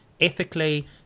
ethically